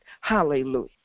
Hallelujah